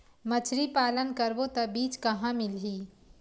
मछरी पालन करबो त बीज कहां मिलही?